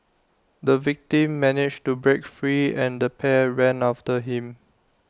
the victim managed to break free and the pair ran after him